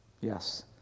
Yes